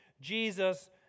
Jesus